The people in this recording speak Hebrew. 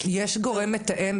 הן בנושא השכר,